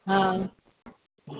हा